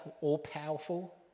all-powerful